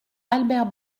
albert